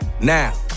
Now